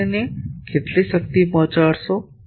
તમે તેને કેટલી શક્તિ પહોંચાડશો